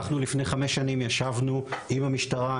לפני חמש שנים ישבנו עם המשטרה,